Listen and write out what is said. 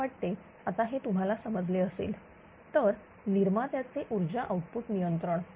मला वाटते आता हे तुम्हाला समजले असेल तर निर्मात्याचे ऊर्जा आउटपुट नियंत्रण